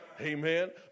Amen